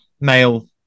male